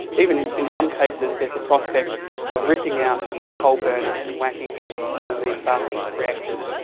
even in some cases there's the prospect of ripping out the coal burner and whacking in one of these fast reactors.